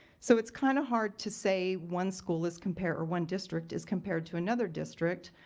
so it's kind of hard to say one school is compare or one district is compared to another district.